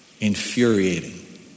infuriating